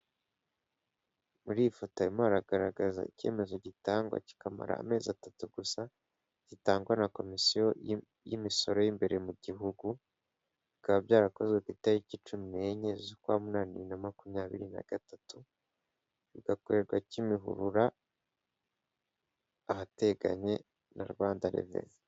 Muri iyi foto barimo bagaragaza icyemezo gitangwa kikamara amezi atatu gusa, gitangwa na komisiyo y'imisoro y'imbere mu gihugu, bikaba byarakozwe ku itariki cumi n'enye, z'ukwa munani, bibiri na makumyabiri na gatatu, bigakorerwa kimihurura, ahateganye na Rwanda reveni.